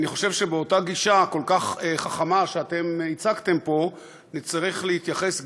אני חושב שבאותה גישה כל כך חכמה שאתם הצגתם פה נצטרך להתייחס גם,